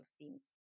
teams